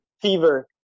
fever